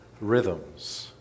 rhythms